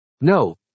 No